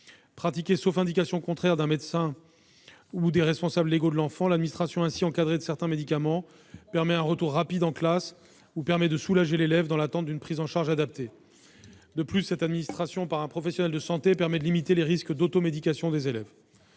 Pratiquée sauf indication contraire d'un médecin ou des responsables légaux de l'enfant, l'administration ainsi encadrée de certains médicaments permet un retour rapide en classe ou permet de soulager l'élève dans l'attente d'une prise en charge adaptée. De plus, cette administration par un professionnel de santé permet de limiter les risques d'automédication des élèves.